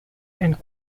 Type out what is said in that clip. and